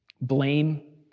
blame